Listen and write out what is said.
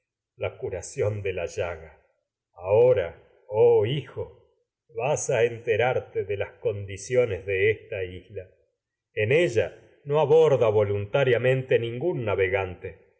la curación de la llaga vas ahora oh hijo ella a enterarte de las condiciones de esta isla en no aborda voluntariamente ningún navegante